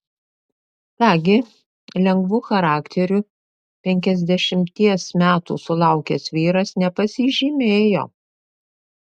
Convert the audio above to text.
ką gi lengvu charakteriu penkiasdešimties metų sulaukęs vyras nepasižymėjo